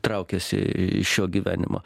traukiasi iš šio gyvenimo